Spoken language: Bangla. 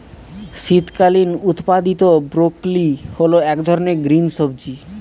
শীতকালীন উৎপাদীত ব্রোকলি হল এক ধরনের গ্রিন সবজি